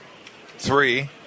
three